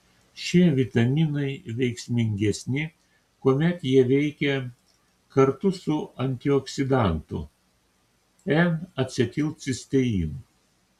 šie vitaminai veiksmingesni kuomet jie veikia kartu su antioksidantu n acetilcisteinu